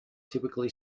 typically